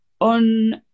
on